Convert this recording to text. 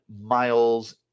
Miles